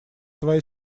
твоя